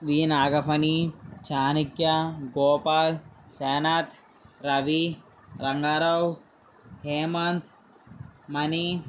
we Nagaphani Chanikya Gopal Sanath Ravi Rannarao Hemanth money